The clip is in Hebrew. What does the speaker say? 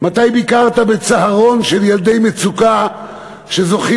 מתי ביקרת בצהרון של ילדי מצוקה שזוכים